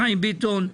חיים ביטון,